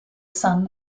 son